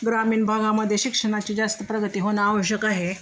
ग्रामीण भागामध्ये शिक्षणाची जास्त प्रगती होणं आवश्यक आहे